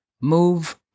Move